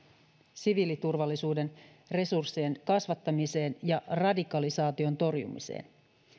siviiliturvallisuuden resurssien kasvattamiseen ja radikalisaation torjumiseen